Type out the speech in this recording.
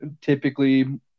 typically